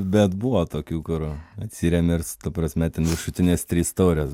bet buvo tokių kur atsiremia ir su ta prasme ten viršutinės trys taurės